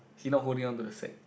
he not holding on to the sack